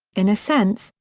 in a sense,